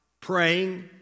praying